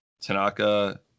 Tanaka